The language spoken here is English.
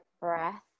breath